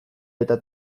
eta